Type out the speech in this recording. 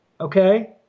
okay